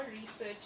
research